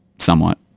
Somewhat